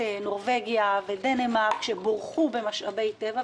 נורבגיה ודנמרק שבורכו במשאבי טבע,